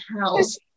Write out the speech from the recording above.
house